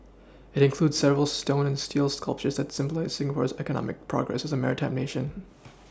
it includes several stone and steel sculptures that symbolise Singapore's economic progress as a maritime nation